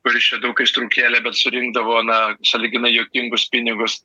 kuris čia daug aistrų kėlė bet surinkdavo na sąlyginai juokingus pinigus